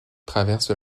traverse